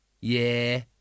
Yeah